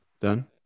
Done